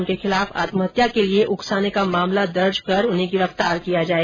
उनके खिलाफ आत्महत्या के लिए उकसाने का मामला दर्ज कर उन्हें गिरफ्तार किया जाए